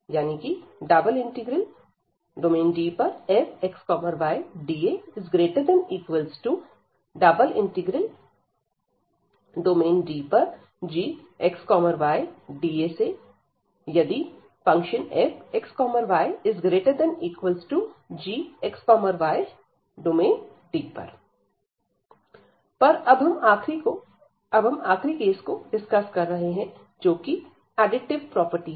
∬DfxydA∬DgxydA यदि D पर fxy≥gxy और अब हम आखिरी केस को डिस्कस कर रहे हैं जो कि एडिटिव प्रॉपर्टी है